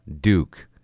Duke